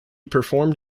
performed